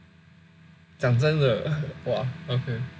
讲真的 !wah! okay